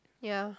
ya